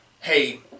hey